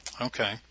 Okay